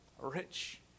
Rich